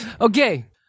Okay